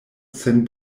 sen